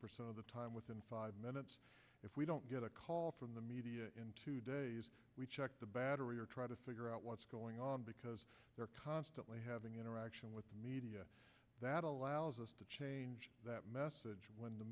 the time within five minutes if we don't get a call from the media in two days we check the battery or try to figure out what's going on because they're constantly having interaction with the media that allows us to change that message when the